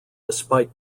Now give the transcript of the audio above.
despite